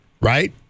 right